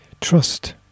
Trust